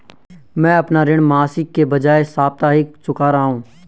मैं अपना ऋण मासिक के बजाय साप्ताहिक चुका रहा हूँ